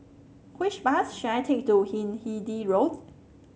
which bus should I take to Hindhede Road